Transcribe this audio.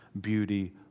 Beauty